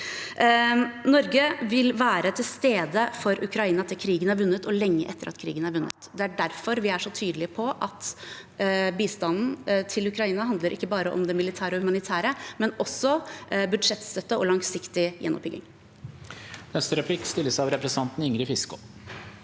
Norge vil være til stede for Ukraina til krigen er vunnet, og lenge etter at krigen er vunnet. Det er derfor vi er så tydelige på at bistanden til Ukraina ikke bare handler om det militære og det humanitære, men også om budsjettstøtte og langsiktig gjenoppbygging.